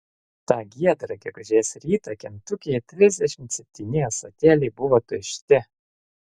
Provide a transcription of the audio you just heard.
tą giedrą gegužės rytą kentukyje trisdešimt septyni ąsotėliai buvo tušti